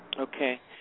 Okay